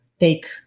Take